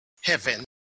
heaven